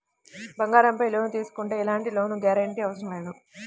బంగారంపై లోను తీసుకుంటే ఎలాంటి లోను గ్యారంటీ అవసరం లేదు